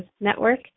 Network